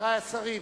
חברי השרים,